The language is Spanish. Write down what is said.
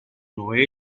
noel